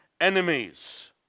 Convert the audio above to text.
enemies